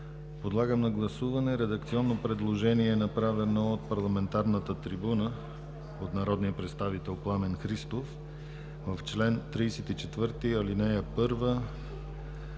Подлагам на гласуване редакционно предложение, направено от парламентарната трибуна от народния представител Пламен Христов: в чл. 34, ал. 1